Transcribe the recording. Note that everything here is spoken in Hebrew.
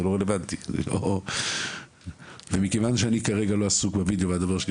לא רלבנטי מכיוון שאני כרגע לא עסוק בווידיאו והדובר שלי